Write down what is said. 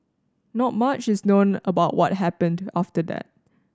not mush is known about what happened after that